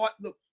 look